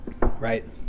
right